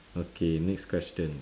okay next question